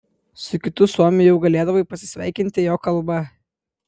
su kitu suomiu jau galėdavai pasisveikinti jo kalba